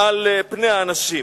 המרוחים על פני האנשים.